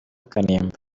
kanimba